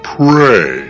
pray